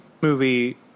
movie